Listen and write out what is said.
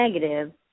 negative